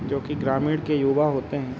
जोकि ग्रामीण के युवा होते हैं